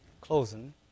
closing